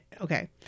Okay